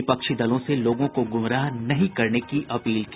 विपक्षी दलों से लोगों को गुमराह नहीं करने की अपील की